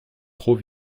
trop